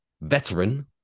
veteran